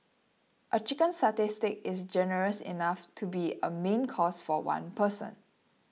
a Chicken Satay Stick is generous enough to be a main course for one person